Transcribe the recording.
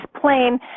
plane